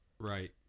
Right